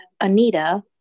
Anita